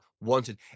Wanted